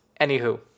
Anywho